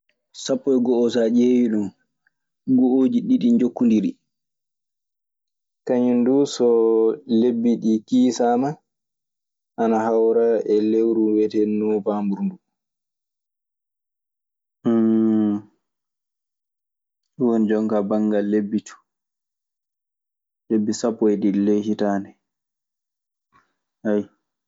Sappo e go'oo, so a ƴeewii ɗun, go'ooji ɗiɗi njokkondiri. Kañun duu so lebbi ɗii kiisaama, ana hawra e lewru wiyeteendu Noowambr nduu. Ɗun woni jonkaa banngal lebbicu, lebbi sappo e ɗiɗi ley hitaande.